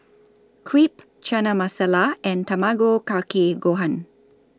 Crepe Chana Masala and Tamago Kake Gohan